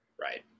Right